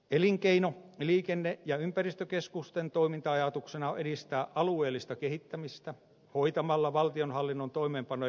elinkeino liikenne ja ympäristökeskusten toiminta ajatuksena on edistää alueellista kehittämistä hoitamalla valtionhallinnon toimeenpano ja kehittämistehtäviä alueilla